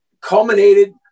culminated